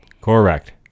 Correct